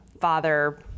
father